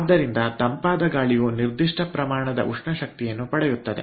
ಆದ್ದರಿಂದ ತಂಪಾದ ಗಾಳಿಯು ನಿರ್ದಿಷ್ಟ ಪ್ರಮಾಣದ ಉಷ್ಣ ಶಕ್ತಿಯನ್ನು ಪಡೆಯುತ್ತದೆ